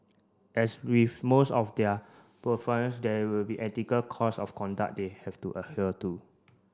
as with most of their there will be ethical codes of conduct they have to adhere to